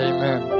Amen